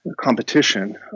competition